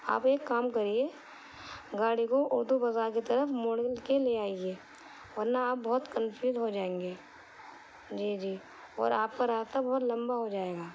آپ ایک کام کریے گاڑی کو اردو بازار کی طرف موڑ کے لے آئیے ورنہ آپ بہت کنفیوز ہو جائیں گے جی جی اور آپ کا راستہ بہت لمبا ہو جائے گا